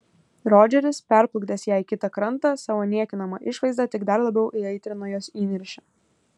rodžeris perplukdęs ją į kitą krantą savo niekinama išvaizda tik dar labiau įaitrino jos įniršį